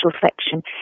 section